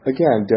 Again